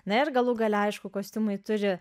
na ir galų gale aišku kostiumai turi